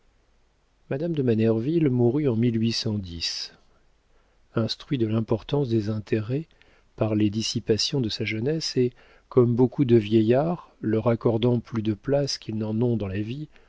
madame de manerville mourut en instruit de l'importance des intérêts par les dissipations de sa jeunesse et comme beaucoup de vieillards leur accordant plus de place qu'ils n'en ont dans la vie